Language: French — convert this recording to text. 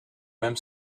même